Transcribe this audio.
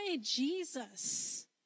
Jesus